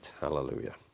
Hallelujah